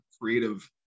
creative